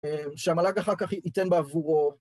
שהמל"ג אחר כך ייתן בעבורו.